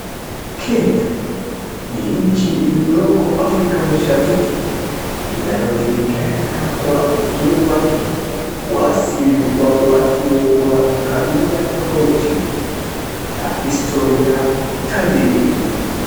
Kenya ni inchi iliyoko afrika mashariki inayojulikana Kwa uzuri wake wa asili watu wake wa mkabila tofauti na historia tajiri.